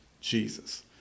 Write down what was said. Jesus